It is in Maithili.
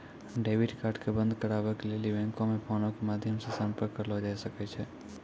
डेबिट कार्ड के बंद कराबै के लेली बैंको मे फोनो के माध्यमो से संपर्क करलो जाय सकै छै